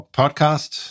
podcast